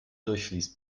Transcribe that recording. durchfließt